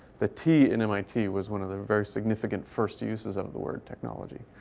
the t in mit was one of the very significant first uses of the word technology.